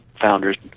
founders